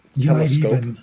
Telescope